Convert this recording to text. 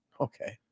okay